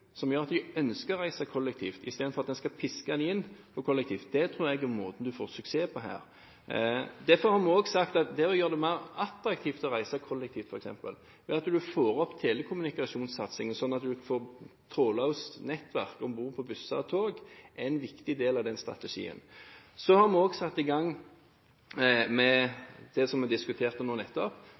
som gjør at de ønsker å reise kollektivt, istedenfor at en skal piske dem inn, tror jeg er måten en får suksess på. Derfor har vi også sagt at det å gjøre det mer attraktivt å reise kollektivt – f.eks. ved at en får opp satsingen på telekommunikasjon, sånn at en får trådløst nettverk om bord på busser og tog – er en viktig del av den strategien. Så har vi også satt i gang med det som vi diskuterte nettopp: